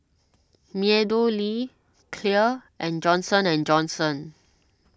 MeadowLea Clear and Johnson and Johnson